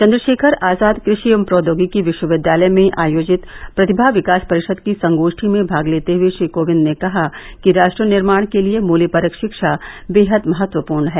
चन्द्र ोखर आजाद कृषिंग एवं प्रौद्योगिकी विश्वविद्यालय में आयोजित प्रतिभा विकास परि ाद की संगो ठी में भाग लेते हुए श्री कोविंद ने कहा कि रा ट्र निर्माण के लिए मूल्यपरक शिक्षा बेहद महत्वपूर्ण है